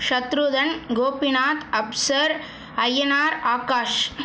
Shatrughan Gopinath Afsar Ayyanar Akash